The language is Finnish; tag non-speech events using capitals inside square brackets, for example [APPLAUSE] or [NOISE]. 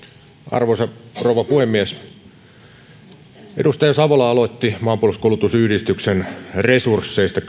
arvoisa rouva puhemies edustaja savola aloitti kysymällä maanpuolustuskoulutusyhdistyksen resursseista [UNINTELLIGIBLE]